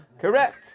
Correct